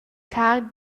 car